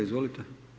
Izvolite.